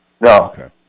No